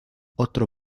otro